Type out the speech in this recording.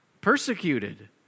persecuted